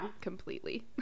completely